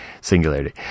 singularity